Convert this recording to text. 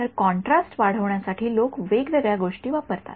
तर कॉन्ट्रास्ट वाढविण्यासाठी लोक वेगवेगळ्या गोष्टी वापरतात